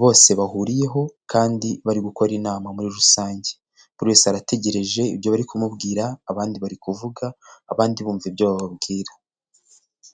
bose bahuriyeho kandi bari gukora inama muri rusange. Buri wese arategereje ibyo bari kumubwira abandi bari kuvuga abandi bumva ibyo bababwira.